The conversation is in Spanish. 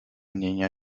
niña